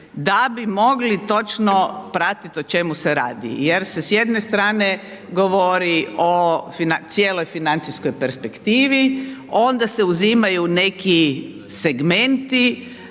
da bi mogli točno pratit o čemu se radi jer se s jedne strane govori o cijeloj financijskoj perspektivi, onda se uzimaju neki segmenti,